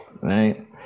right